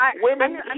Women